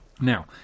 Now